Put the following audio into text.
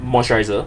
moisturiser